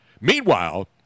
Meanwhile